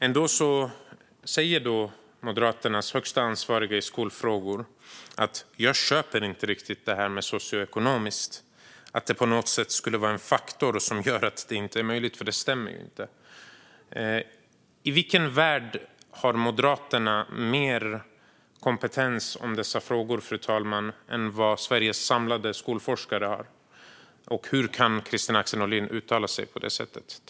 Ändå säger Moderaternas högsta ansvariga i skolfrågor att hon "köper inte riktigt det här med socioekonomiskt, att det på något sätt skulle vara en faktor som gör att det inte är möjligt för det stämmer ju inte". Fru talman! I vilken värld har Moderaterna mer kompetens i dessa frågor än vad Sveriges samlade skolforskare har? Hur kan Kristina Axén Olin uttala sig på det sättet?